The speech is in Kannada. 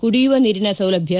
ಕುಡಿಯುವ ನೀರಿನ ಸೌಲಭ್ಯ